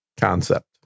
concept